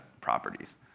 properties